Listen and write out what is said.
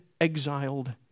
exiled